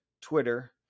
twitter